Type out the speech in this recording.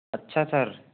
अच्छा सर